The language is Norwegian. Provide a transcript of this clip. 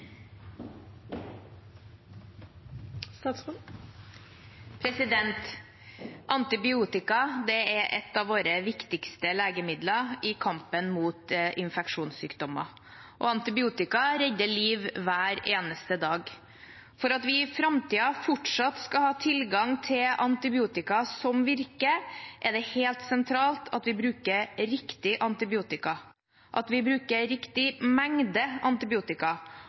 av våre viktigste legemidler i kampen mot infeksjonssykdommer. Antibiotika redder liv hver eneste dag. For at vi i framtiden fortsatt skal ha tilgang til antibiotika som virker, er det helt sentralt at vi bruker riktige antibiotika, at vi bruker riktig mengde antibiotika,